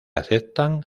aceptan